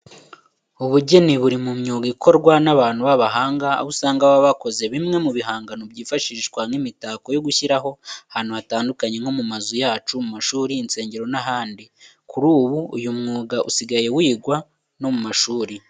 Ubugeni buri mu myuga ikorwa n'abantu b'abahanga, aho usanga baba bakoze bimwe mu bihangano byifashishwa nk'imitako yo gushyira ahantu hatandukanye nko mu mazu yacu, mu mashuri, insengero n'ahandi. Kuri ubu uyu mwuga usigaye wigwa no mu mashuri.